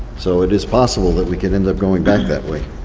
so it is possible that we could end up going back that way.